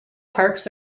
parks